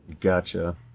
gotcha